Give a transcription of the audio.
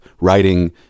writing